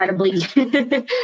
incredibly